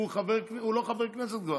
הוא כבר לא חבר כנסת.